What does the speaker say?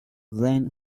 then